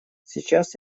сейчас